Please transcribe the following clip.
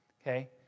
Okay